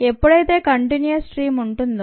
ఎప్పుడైతే continuous stream ఉంటుందో